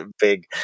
big